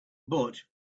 but